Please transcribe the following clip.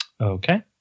Okay